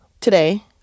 today